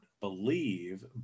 believe